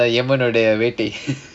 uh எமனோட வேட்டை:emanoda vettai